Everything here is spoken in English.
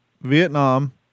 Vietnam